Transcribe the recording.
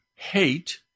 hate